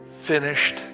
finished